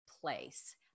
place